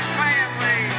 family